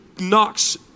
knocks